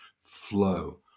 flow